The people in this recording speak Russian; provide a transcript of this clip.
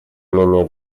менее